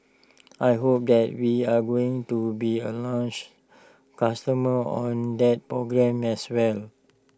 I hope that we are going to be A launch customer on that program as well